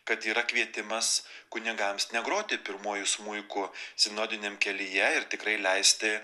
kad yra kvietimas kunigams negroti pirmuoju smuiku sinodiniam kelyje ir tikrai leisti